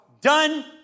done